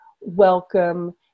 welcome